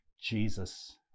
Jesus